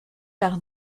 par